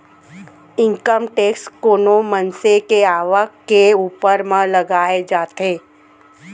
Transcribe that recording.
income tax कोनो मनसे के आवक के ऊपर म लगाए जाथे